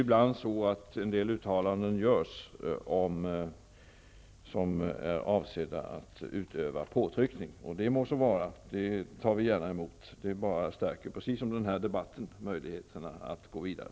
Ibland görs en del uttalanden som är avsedda att utöva påtryckning. Det må så vara; det tar vi gärna emot. Det stärker, precis som denna debatt, möjligheterna att gå vidare.